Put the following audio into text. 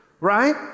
Right